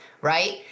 Right